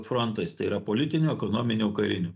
frontais tai yra politiniu ekonominiu kariniu